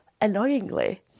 annoyingly